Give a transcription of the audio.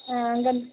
அங்கிருந்து